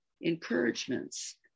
encouragements